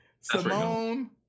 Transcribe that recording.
Simone